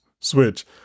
switch